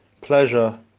pleasure